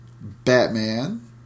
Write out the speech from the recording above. Batman